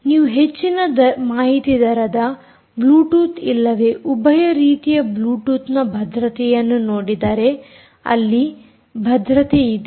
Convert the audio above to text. ನೀವು ಹೆಚ್ಚಿನ ಮಾಹಿತಿ ದರದ ಬ್ಲೂಟೂತ್ ಇಲ್ಲವೇ ಉಭಯ ರೀತಿಯ ಬ್ಲೂಟೂತ್ನ ಭದ್ರತೆಯನ್ನು ನೋಡಿದರೆ ಅಲ್ಲಿ ಭದ್ರತೆಯಿದೆ